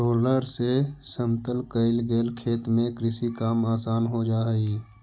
roller से समतल कईल गेल खेत में कृषि काम आसान हो जा हई